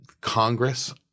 Congress